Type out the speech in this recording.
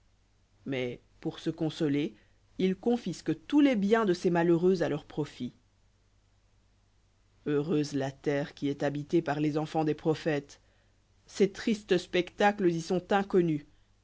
mais pour se consoler ils confisquent tous les biens de ces malheureux à leur profit heureuse la terre qui est habitée par les enfants des prophètes ces tristes spectacles y sont inconnus